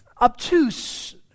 Obtuse